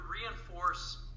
reinforce